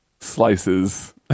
slices